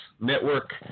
network